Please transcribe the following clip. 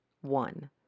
one